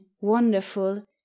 wonderful